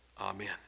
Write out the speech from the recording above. Amen